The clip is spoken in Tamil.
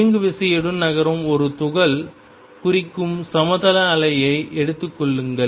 இயங்குவிசையுடன் நகரும் ஒரு துகள் குறிக்கும் சமதள அலைகளை எடுத்துக் கொள்ளுங்கள்